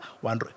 one